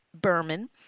Berman